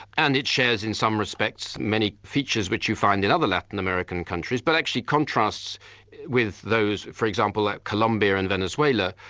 and it shares in some respects, many features which you find in other latin american countries, but actually contrasts with those for example at colombia and venezuela.